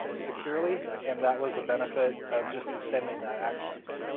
um securely. and that was a benefit of just extending that access.